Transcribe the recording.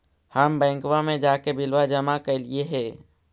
हम बैंकवा मे जाके बिलवा जमा कैलिऐ हे?